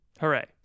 Hooray